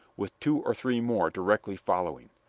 with two or three more directly following.